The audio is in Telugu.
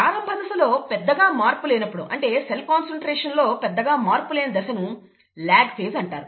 ప్రారంభ దశలో పెద్దగా మార్పు లేనప్పుడు అంటే సెల్ కాన్సన్ట్రేషన్లో పెద్దగా మార్పు లేని దశను ల్యాగ్ ఫేజ్ అంటారు